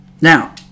Now